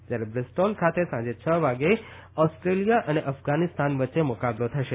જયારે બ્રિસ્ટોલ ખાતે સાંજે છ વાગે ઓસ્ટ્રેલિયા અને અફઘાનીસ્તાન વચ્ચે મુકાબલો થશે